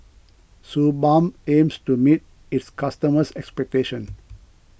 Suu Balm aims to meet its customers' expectations